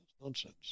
Nonsense